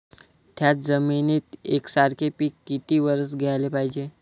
थ्याच जमिनीत यकसारखे पिकं किती वरसं घ्याले पायजे?